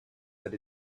that